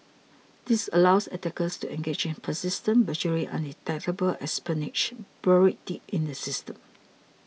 this allows attackers to engage in persistent virtually undetectable espionage buried deep in the system